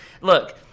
look